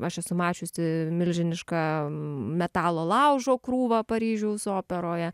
aš esu mačiusi milžinišką metalo laužo krūvą paryžiaus operoje